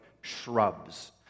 shrubs